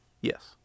Yes